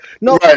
No